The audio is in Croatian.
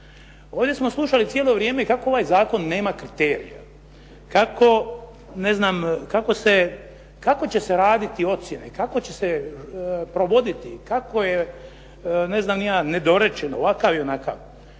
Ovdje smo slušali cijelo vrijeme kako ovaj zakon nema kriterija, kako će se raditi ocjene, kako će se provoditi, kakvo je, ne znam ni ja, nedorečen, ovakav i onakav.